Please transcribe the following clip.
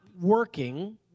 working